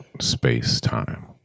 space-time